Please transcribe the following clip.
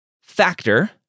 factor